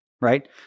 right